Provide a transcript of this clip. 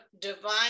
divine